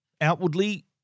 Outwardly